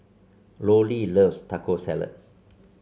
Lollie loves Taco Salad